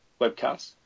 Webcasts